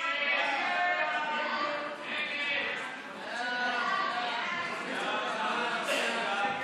ההצעה להעביר את הצעת חוק שוק הקנביס לצריכה עצמית,